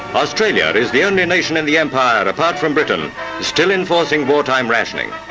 australia is the only nation in the empire apart from britain still enforcing wartime rationing.